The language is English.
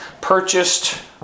purchased